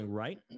Right